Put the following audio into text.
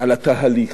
על התהליך,